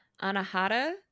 anahata